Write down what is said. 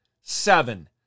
seven